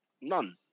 None